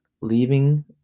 leaving